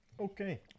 Okay